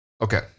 okay